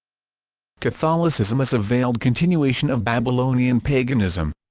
catholicism as a veiled continuation of babylonian paganism